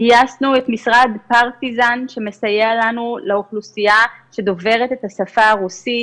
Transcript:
גייסנו את משרד פרטיזן שמסייע לנו לאוכלוסייה שדוברת את השפה הרוסית,